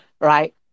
right